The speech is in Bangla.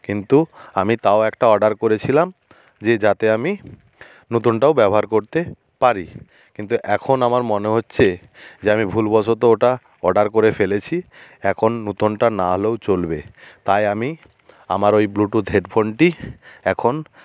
কিন্তু আমি তাও একটা অর্ডার করেছিলাম যে যাতে আমি নতুনটাও ব্যবহার করতে পারি কিন্তু এখন আমার মনে হচ্ছে যে আমি ভুলবশত ওটা অর্ডার করে ফেলেছি এখন নতুনটা না হলেও চলবে তাই আমি আমার ওই ব্লুটুথ হেডফোনটি এখন